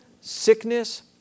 sickness